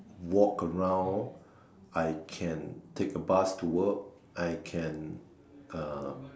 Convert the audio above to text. walk around I can take a bus to work I can uh